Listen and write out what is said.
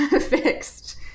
fixed